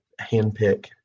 handpick